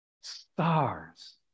stars